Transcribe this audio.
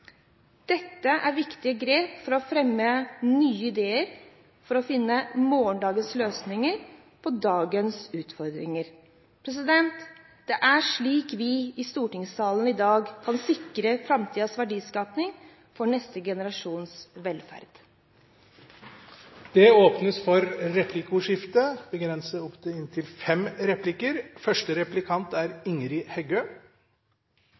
Dette er viktige grep for å fremme nye ideer for å finne morgendagens løsninger på dagens utfordringer. Det er slik vi i stortingssalen i dag kan sikre framtidens verdiskaping for neste generasjons velferd. Det blir replikkordskifte. Ein byggjestein i fiskeripolitikken vår er